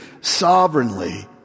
sovereignly